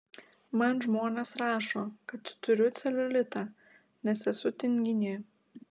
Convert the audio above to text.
man žmonės rašo kad turiu celiulitą nes esu tinginė